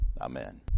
Amen